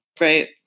right